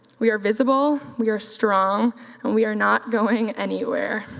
we are visible, we are strong and we are not going anywhere.